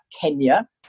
Kenya